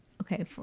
okay